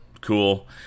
cool